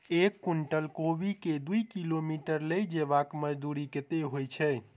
एक कुनटल कोबी केँ दु किलोमीटर लऽ जेबाक मजदूरी कत्ते होइ छै?